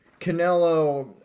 Canelo